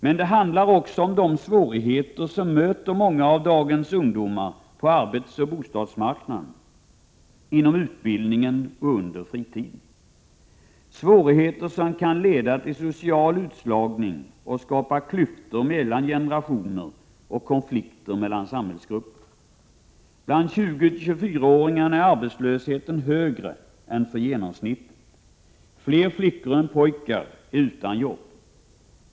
Men det handlar också om de svårigheter som möter många av dagens ungdomar på arbetsoch bostadsmarknaden, inom utbildningen och under fritiden, svårigheter som kan leda till social utslagning och skapa klyftor mellan generationer och konflikter mellan samhällsgrupper. Bland 20—-24-åringarna är arbetslösheten större än för genomsnittet. Fler flickor än pojkar är utan jobb.